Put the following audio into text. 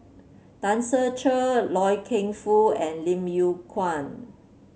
Tan Ser Cher Loy Keng Foo and Lim Yew Kuan